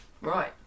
Right